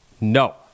No